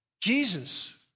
Jesus